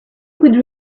could